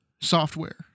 software